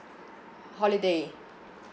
holiday